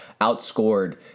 outscored